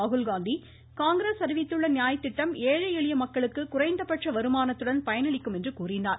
ராகுல்காந்தி காங்கிரஸ் அறிவித்துள்ள நியாய் திட்டம் ஏழை எளிய மக்களுக்கு குறைந்த பட்ச வருமானத்துடன் பயனளிக்கும் என்று கூறினார்